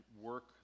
work